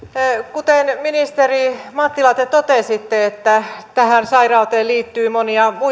kuten ministeri mattila te totesitte tähän sairauteen liittyy monia